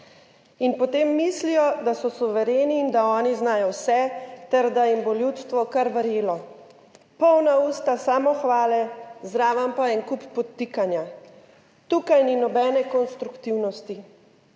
In potem mislijo, da so suvereni in da oni znajo vse ter da jim bo ljudstvo kar verjelo. Polna usta samohvale, zraven pa en kup podtikanja. Tukaj ni nobene konstruktivnosti.